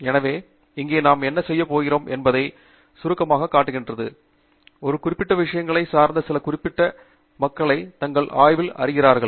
எனவே இங்கே நாம் என்ன செய்யப் போகிறோம் என்பதை சுருக்கமாகச் சுட்டிக்காட்டுகிறது சில குறிப்பிட்ட விஷயங்களைச் சார்ந்த சில குறிப்பிட்ட விஷயங்களைப் பற்றி மக்கள் தங்கள் ஆய்வில் அறிகிறார்கள்